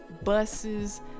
buses